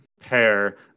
pair